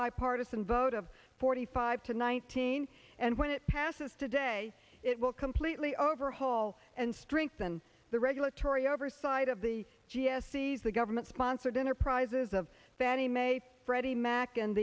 bipartisan vote of forty five to nineteen and when it passes today it will completely overhaul and strengthen the regulatory oversight of the g s sees a government sponsored enterprises of fannie mae freddie mac